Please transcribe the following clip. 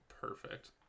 perfect